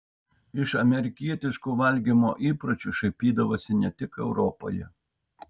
iš amerikietiškų valgymo įpročių šaipydavosi ne tik europoje